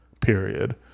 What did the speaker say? period